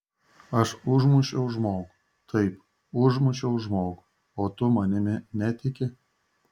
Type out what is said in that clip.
aš užmušiau žmogų taip užmušiau žmogų o tu manimi netiki